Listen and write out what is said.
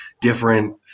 different